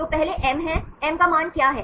तो पहले M है M का मान क्या है